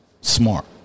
smart